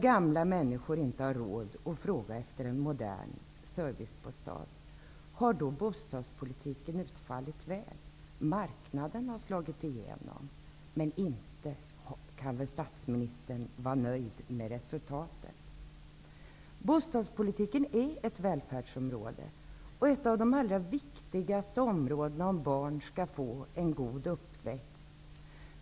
Gamla människor har inte råd att fråga efter en modern servicebostad. Har bostadspolitiken utfallit väl mot denna bakgrund? Marknaden har slagit igenom, men inte kan väl statsministern vara nöjd med resultatet. Bostadspolitiken utgör ett välfärdsområde. Det är ett av de viktigaste områdena om barn skall få en god uppväxt.